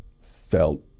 felt